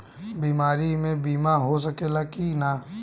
बीमारी मे बीमा हो सकेला कि ना?